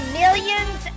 millions